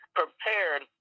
prepared